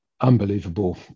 unbelievable